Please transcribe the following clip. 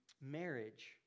Marriage